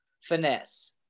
Finesse